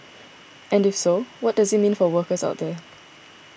and if so what does it mean for workers out there